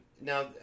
Now